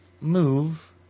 move